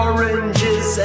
Oranges